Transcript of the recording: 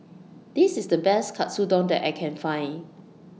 This IS The Best Katsudon that I Can Find